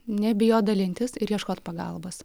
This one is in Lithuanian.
nebijot dalintis ir ieškot pagalbos